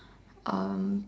um